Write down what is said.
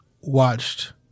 watched